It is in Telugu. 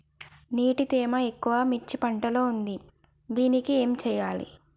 నీటి తేమ ఎక్కువ మిర్చి పంట లో ఉంది దీనికి ఏం చేయాలి?